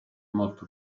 molto